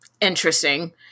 interesting